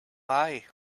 eye